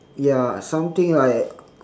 ya something like